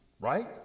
right